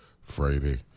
Friday